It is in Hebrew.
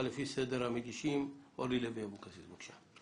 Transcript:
חברת הכנסת אורלי לוי אבקסיס בבקשה.